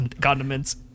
condiments